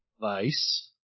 vice